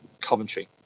Coventry